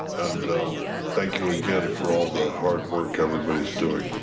and thank you again for all the hard work everybody's doing.